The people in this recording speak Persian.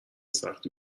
سختی